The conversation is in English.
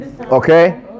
Okay